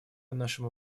нашему